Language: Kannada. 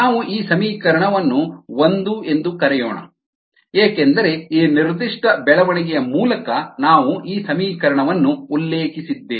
ನಾವು ಈ ಸಮೀಕರಣವನ್ನು ಒಂದು ಎಂದು ಕರೆಯೋಣ ಏಕೆಂದರೆ ಈ ನಿರ್ದಿಷ್ಟ ಬೆಳವಣಿಗೆಯ ಮೂಲಕ ನಾವು ಈ ಸಮೀಕರಣವನ್ನು ಉಲ್ಲೇಖಿಸಲಿದ್ದೇವೆ